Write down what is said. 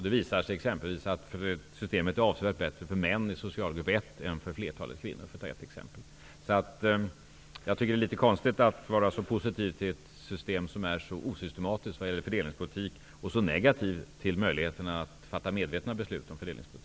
Det visar sig att systemet är avsevärt bättre för män i socialgrupp 1 än för flertalet kvinnor, för att ta ett exempel. Jag tycker att det är litet konstigt att Karin Wegestål är så positiv till ett system som är så osystematiskt vad gäller fördelningspolitiken och så negativt för möjligheterna att fatta egna beslut om fördelningspolitiken.